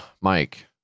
Mike